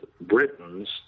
Britons